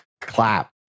clap